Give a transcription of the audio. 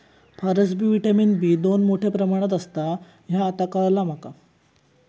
फारसबी vitamin B दोन मोठ्या प्रमाणात असता ह्या आता काळाला माका